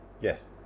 Yes